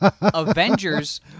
Avengers